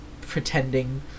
pretending